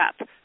up